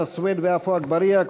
חנא סוייד ועפו אגבאריה,